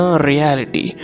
reality